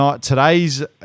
Today's